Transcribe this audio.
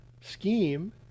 scheme